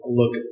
look